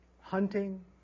hunting